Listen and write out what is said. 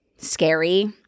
scary